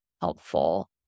helpful